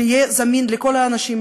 שיהיה זמין לכל האנשים,